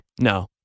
No